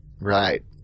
Right